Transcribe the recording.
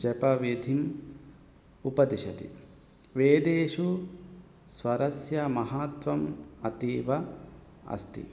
जपविधिम् उपदिशति वेदेषु स्वरस्य महत्वम् अतीव अस्ति